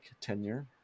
tenure